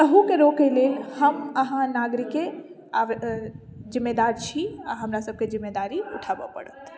एहूके रोकैलेल हम अहाँ नागरिके आब जिम्मेदार छी आ हमरासभके जिम्मेदारी उठाबय पड़त